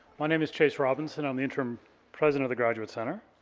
my name is chase robinson, i'm the interim president of the graduate center,